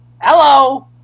Hello